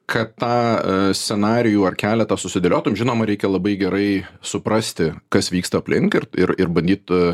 kad tą scenarijų ar keleto susidėliotum žinoma reikia labai gerai suprasti kas vyksta aplink ir ir ir bandyt